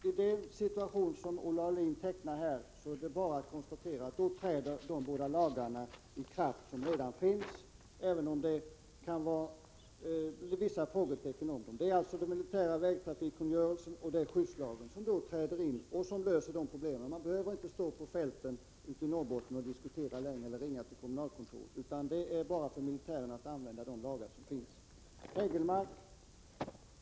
Herr talman! Vi kan konstatera att i den situation som Olle Aulin tecknar träder de båda lagar som redan finns i kraft — även om det kan finnas vissa frågetecken kring dem. Det är alltså den militära vägtrafikkungörelsen och skyddslagen som då träder in och löser de problemen. Man behöver inte stå på fälten i Norrbotten och diskutera eller ringa till kommunalkontoret. Det är bara för militären att använda de lagar som finns. Eric Hägelmark!